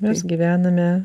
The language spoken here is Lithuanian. mes gyvename